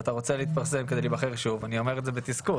ואתה רוצה להתפרסם כדי להיבחר שוב אני אומר את זה בתסכול